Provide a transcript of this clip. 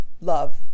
love